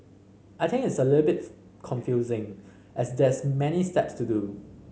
I think it's a little bit confusing as there's many steps to do